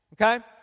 okay